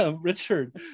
Richard